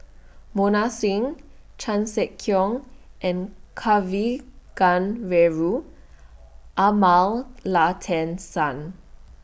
Mohan Singh Chan Sek Keong and Kavignareru Amallathasan